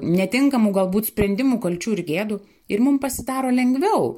netinkamų galbūt sprendimų kalčių ir gėdų ir mum pasidaro lengviau